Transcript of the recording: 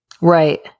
Right